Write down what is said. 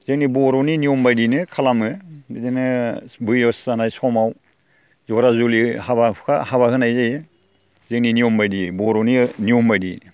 जोंनि बर'नि नियम बायदिनो खालामो बिदिनो बैसो जानाय समाव जरा जुलि हाबा हुखा हाबा होनाय जायो जोंनि नियम बायदियै बर'नि नियम बायदियै